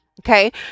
Okay